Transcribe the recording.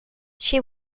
she